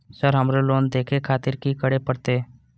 Sir हमरो loan देखें खातिर की करें परतें?